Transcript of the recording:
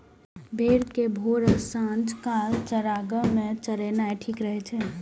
भेड़ कें भोर आ सांझ काल चारागाह मे चरेनाय ठीक रहै छै